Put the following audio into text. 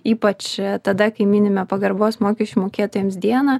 ypač tada kai minime pagarbos mokesčių mokėtojams dieną